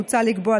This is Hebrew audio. מוצע לקבוע,